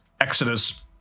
Exodus